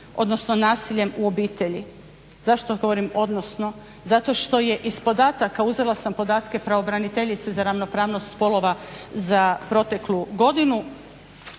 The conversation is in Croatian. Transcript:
odnosno nasiljem u obitelji. Zašto govorim odnosno? Zato što je iz podataka, uzela sam podatke pravobraniteljice za ravnopravnost spolova za proteklu godinu,